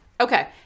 Okay